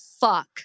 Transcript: fuck